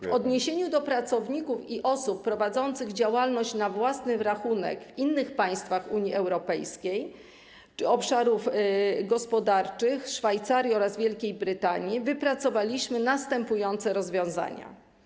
W odniesieniu do pracowników i osób prowadzących działalność na własny rachunek w innych państwach Unii Europejskiej czy obszarów gospodarczych Szwajcarii oraz Wielkiej Brytanii wypracowaliśmy następujące rozwiązania.